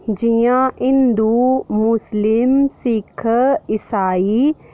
जि'यां हिंदू मुस्लिम सिक्ख इसाई